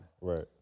Right